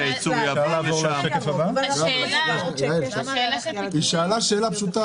השאלה של פיטורים --- היא שאלה שאלה פשוטה.